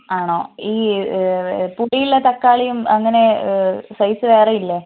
ആണോ ഈ പുളിയുള്ള തക്കാളിയും അങ്ങനെ സൈസ് വേറെയില്ലേ